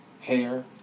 Hair